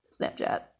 Snapchat